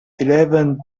eleven